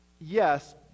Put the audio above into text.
yes